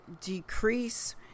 decrease